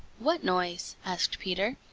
what noise? asked peter,